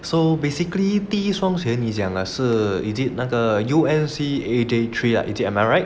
so basically 第一双鞋你讲的是 is it 那个 U and C A_J three three ah is it am I right